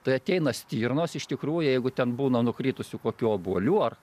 tai ateina stirnos iš tikrųjų jeigu ten būna nukritusių kokių obuolių ar